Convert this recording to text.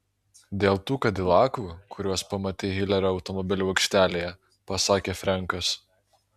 dėl tų kadilakų kuriuos pamatei hilerio automobilių aikštelėje pasakė frenkas